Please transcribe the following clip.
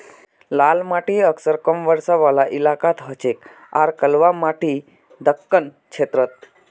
लाल माटी अक्सर कम बरसा वाला इलाकात हछेक आर कलवा माटी दक्कण क्षेत्रत